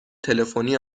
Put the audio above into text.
تلفنی